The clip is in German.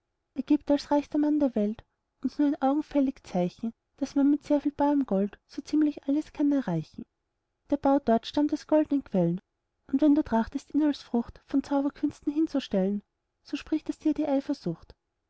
gibt als reichster mann der welt uns nur ein augenfällig zeichen daß man mit sehr viel barem geld so ziemlich alles kann erreichen der bau dort stammt aus goldnen quellen und wenn du trachtest ihn als frucht von zauberkünsten hinzustellen so spricht aus dir die eifersucht